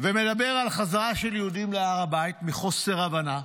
ומדבר על חזרה של יהודים להר הבית, מחוסר הבנה,